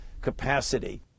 capacity